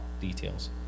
details